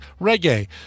Reggae